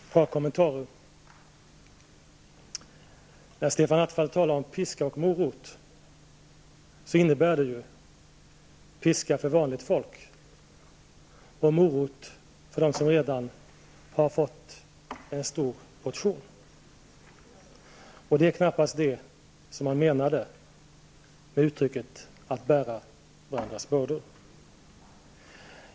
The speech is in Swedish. Fru talman! Jag vill göra ett par kommentarer. När Stefan Attefall talar om piska och morot, innebär det piska för vanligt folk och morot för dem som redan har fått en stor portion. Det är knappast det som menas med uttrycket ''att bära varandras bördor''.